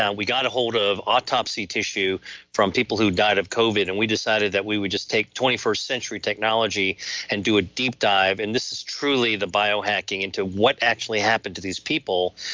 and we got a hold of autopsy tissue from people who died of covid and we decided that we would just take twenty first century technology and do a deep dive, and this is truly the bio-hacking into what actually happened to these people,